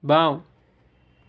বাওঁ